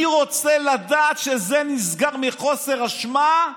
אני רוצה לדעת שזה נסגר מחוסר אשמה,